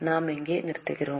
நாம் இங்கே நிறுத்துவோம்